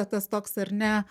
tas toks ar ne